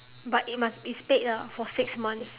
but it must it's paid ah for six months